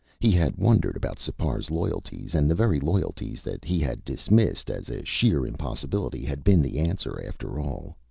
he had wondered about sipar's loyalties, and the very loyalties that he had dismissed as a sheer impossibility had been the answer, after all.